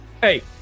Hey